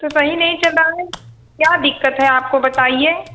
तो सही नहीं चल रहा है क्या दिक्कत है आपको बताइए